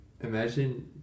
imagine